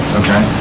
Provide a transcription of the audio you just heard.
okay